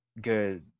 good